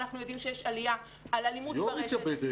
אנחנו יודעים שיש עלייה של אלימות ברשת,